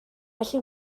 felly